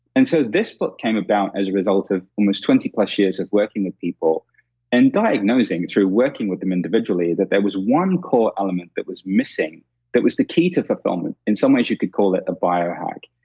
and so, this book came about as a result of almost twenty plus years of working with people and diagnosing through working with them individually that there was one core element that was missing that was the key to fulfillment. in some ways, you could call it a biohack.